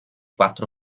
quattro